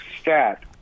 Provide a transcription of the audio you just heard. stat